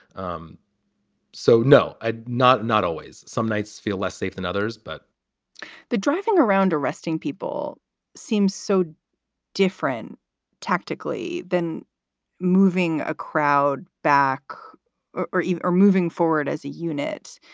um so, no, i not not always some nights feel less safe than others, but the driving around arresting people seems so different tactically than moving a crowd back or or moving forward as a unit.